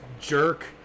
jerk